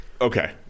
Okay